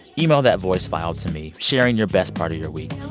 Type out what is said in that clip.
email that voice file to me, sharing your best part of your week.